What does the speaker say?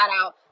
out